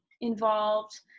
involved